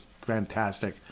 fantastic